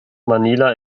manila